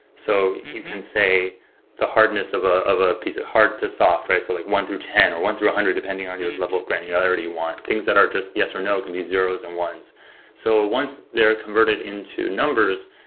so you can say the hardness of ah of a piece of hard to soft based on like one through ten or one through a one hundred depending on your level of granularity want. things that are just yes or no, can be zeros and ones so ah once they are converted into numbers,